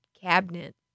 cabinet